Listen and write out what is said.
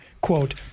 quote